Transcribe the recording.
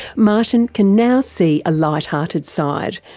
martin can now see a light hearted side,